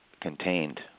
contained